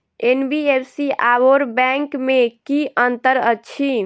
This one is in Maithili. एन.बी.एफ.सी आओर बैंक मे की अंतर अछि?